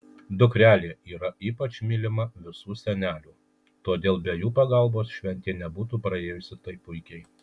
dukrelė yra ypač mylima visų senelių todėl be jų pagalbos šventė nebūtų praėjusi taip puikiai